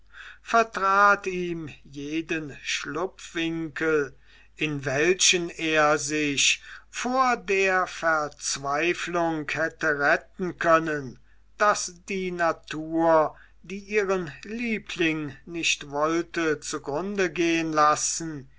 vertrat ihm jeden schlupfwinkel in welchen er sich vor der verzweiflung hätte retten können daß die natur die ihren liebling nicht wollte zugrunde gehen lassen